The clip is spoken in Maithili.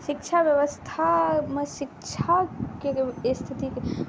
शिक्षा व्यवस्थामे शिक्षाके जब स्थिति